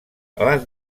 les